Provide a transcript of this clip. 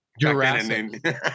Jurassic